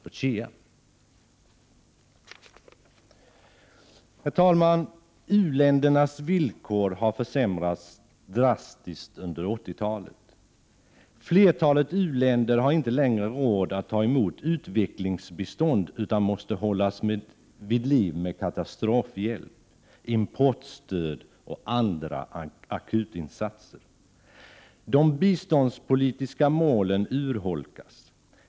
U-ländernas villkor har försämrats drastiskt under 80-talet. Flertalet u-länder har inte längre råd att ta emot utvecklingsbistånd utan måste hållas vid liv genom katastrofhjälp, importstöd och andra akutinsatser. De biståndspolitiska målen urholkas.